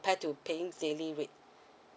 to paying daily rate